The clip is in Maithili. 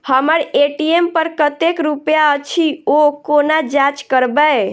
हम्मर ए.टी.एम पर कतेक रुपया अछि, ओ कोना जाँच करबै?